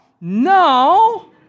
no